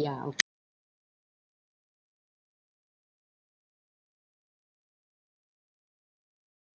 ya okay